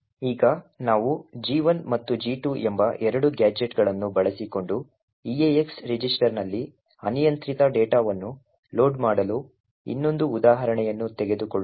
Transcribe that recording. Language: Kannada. ಈಗ ನಾವು G1 ಮತ್ತು G2 ಎಂಬ ಎರಡು ಗ್ಯಾಜೆಟ್ಗಳನ್ನು ಬಳಸಿಕೊಂಡು eax ರಿಜಿಸ್ಟರ್ನಲ್ಲಿ ಅನಿಯಂತ್ರಿತ ಡೇಟಾವನ್ನು ಲೋಡ್ ಮಾಡಲು ಇನ್ನೊಂದು ಉದಾಹರಣೆಯನ್ನು ತೆಗೆದುಕೊಳ್ಳೋಣ